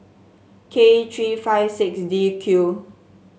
K three five six D Q